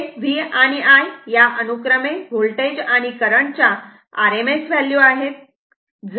इथे V आणि I या अनु अनुक्रमे व्होल्टेजआणि करंट च्या RMS व्हॅल्यू आहेत